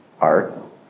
arts